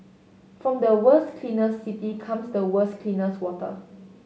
from the world's cleanest city comes the world's cleanest water